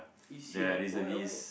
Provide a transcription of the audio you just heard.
you see ah why why